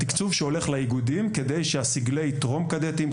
התקצוב שהולך לאיגודים כדי שסגלי טרום כד"תים,